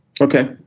Okay